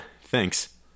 thanks